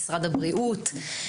משרד הבריאות,